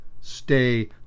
Stay